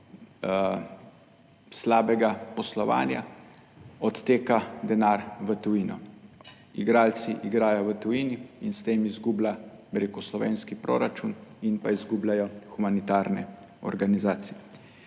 slabega poslovanja odteka denar v tujino. Igralci igrajo v tujini in s tem izgublja slovenski proračun in pa izgubljajo humanitarne organizacije.